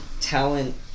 talent